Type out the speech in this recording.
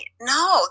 no